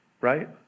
right